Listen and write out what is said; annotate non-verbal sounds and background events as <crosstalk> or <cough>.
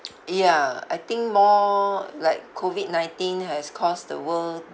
<noise> ya I think more like COVID nineteen has caused the world